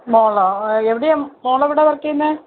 മോളോ എവിടെയാണ് മോൾ എവിടെയാണ് വർക്ക് ചെയ്യുന്നത്